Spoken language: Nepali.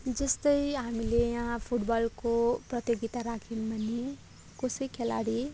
जस्तै हामीले यहाँ फुटबलको प्रतियोगिता राख्यौँ भने कसै खेलाडी